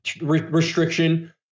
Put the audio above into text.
Restriction